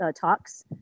talks